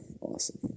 awesome